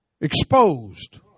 Exposed